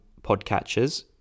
podcatchers